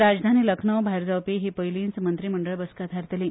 राजधानी लाखनौ भायर जावपी ही पयलीच मंत्रीमंडळ बसका थारतली